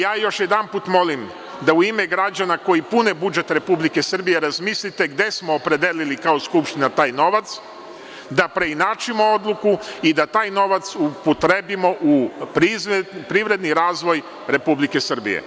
Ja još jedanput molim da, u ime građana koji pune budžet Republike Srbije, razmislite gde smo opredelili kao Skupština taj novac, da preinačimo odluku i da taj novac upotrebimo u privredni razvoj Republike Srbije.